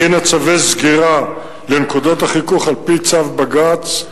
הכינה צווי סגירה לנקודות החיכוך על-פי צו בג"ץ,